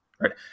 right